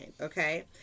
Okay